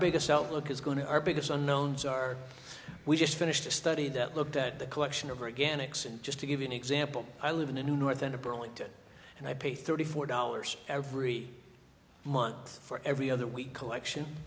biggest outlook is going to our biggest unknowns are we just finished a study that looked at the collection over again ics and just to give you an example i live in a new north end of burlington and i pay thirty four dollars every month for every other week collection